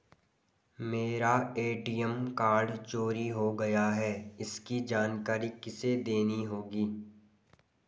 मेरा ATM card चोरी हो गया है इसकी जानकारी किसे देनी होगी?